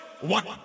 one